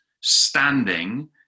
standing